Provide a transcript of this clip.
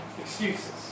Excuses